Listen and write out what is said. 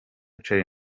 charly